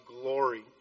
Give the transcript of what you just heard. glory